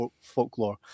folklore